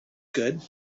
good